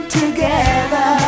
together